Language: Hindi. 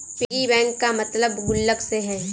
पिगी बैंक का मतलब गुल्लक से है